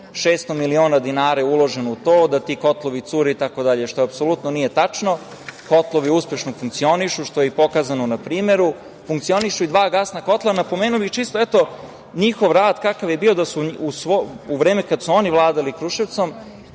600 miliona dinara je uloženo u to, da ti kotlovi cure, itd, što apsolutno nije tačno. Kotlovi uspešno funkcionišu, što je i pokazano na primeru. Funkcionišu i dva gasna kotla. Napomenuo bih čisto njihov rad kakav je bio, u vreme kad su oni vladali Kruševcom,